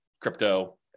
crypto